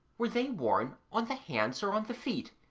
were they worn on the hands or on the feet?